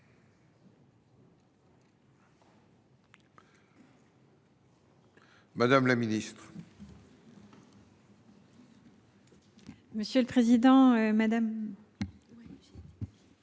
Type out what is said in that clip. Mme la ministre. Monsieur le président, madame